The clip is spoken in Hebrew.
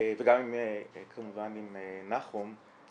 וגם כמובן עם נחום.